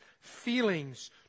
feelings